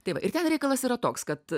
tai va ir ten reikalas yra toks kad